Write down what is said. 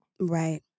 right